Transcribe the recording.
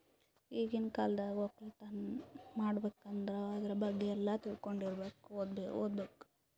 ಈಗಿನ್ ಕಾಲ್ದಾಗ ವಕ್ಕಲತನ್ ಮಾಡ್ಬೇಕ್ ಅಂದ್ರ ಆದ್ರ ಬಗ್ಗೆ ಎಲ್ಲಾ ತಿಳ್ಕೊಂಡಿರಬೇಕು ಓದ್ಬೇಕು